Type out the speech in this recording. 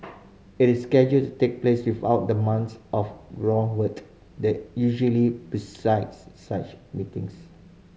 it is scheduled to take place without the months of groundwork that usually precedes such meetings